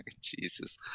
Jesus